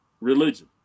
religion